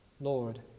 Lord